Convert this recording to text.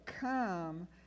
come